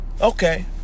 Okay